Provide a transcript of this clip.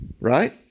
right